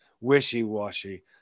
wishy-washy